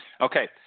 Okay